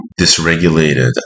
dysregulated